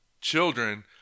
children